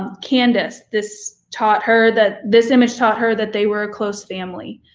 candace, this taught her that, this image taught her that they were a close family.